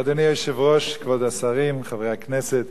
אדוני היושב-ראש, כבוד השרים, חברי הכנסת,